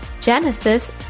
Genesis